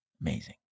amazing